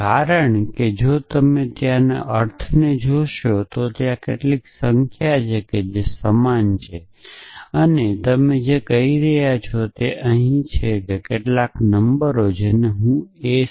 કારણ કે જો તમે ત્યાંના અર્થને જોશો તો ત્યાં કેટલીક સંખ્યા છે જે સમાન છે અને તમે જે કહી રહ્યા છો તે અહીં છે કે કેટલાક નંબરો જેને હું એસ